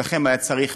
אצלכם היה צריך,